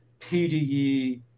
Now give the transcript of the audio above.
PDE